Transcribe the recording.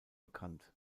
bekannt